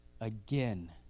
again